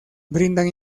brindan